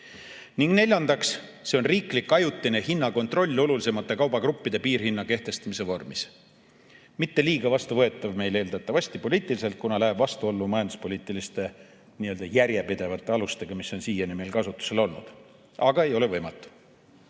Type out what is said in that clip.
Ning neljandaks on riiklik ajutine hinnakontroll olulisemate kaubagruppide piirhinna kehtestamise vormis. Meil pole see eeldatavasti poliitiliselt kuigi vastuvõetav, kuna läheb vastuollu majanduspoliitiliste järjepidevate alustega, mis on siiani meil kasutusel olnud. Aga see ei ole võimatu.